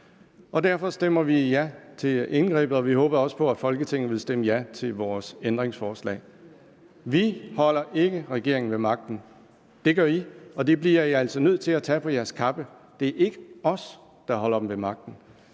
Derfor stemmer vi ja til indgrebet, og vi håbede også på, at Folketinget ville stemme ja til vores ændringsforslag. Vi holder ikke regeringen ved magten, det gør Enhedslisten, og det bliver Enhedslisten altså nødt til at tage på sin kappe. Det er ikke os, der holder den ved magten.